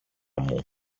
μου